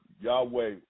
Yahweh